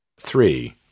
Three